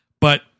But-